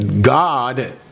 God